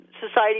Society